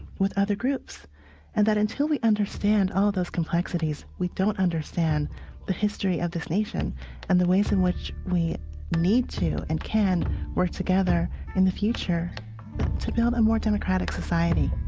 with other groups and that, until we understand all those complexities, we don't understand the history of this nation and the ways in which we need to and can work together in the future to build a more democratic society